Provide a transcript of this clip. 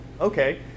okay